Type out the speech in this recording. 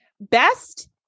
best